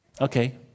Okay